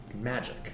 magic